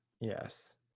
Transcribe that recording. Yes